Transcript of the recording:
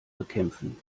bekämpfen